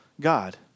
God